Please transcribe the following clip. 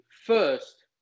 first